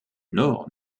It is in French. nord